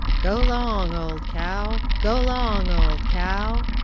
go long! old cow! go long! old cow!